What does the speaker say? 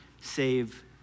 save